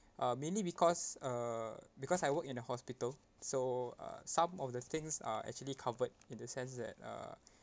uh mainly because uh because I work in a hospital so uh some of the things are actually covered in the sense that uh